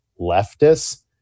leftists